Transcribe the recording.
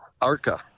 ARCA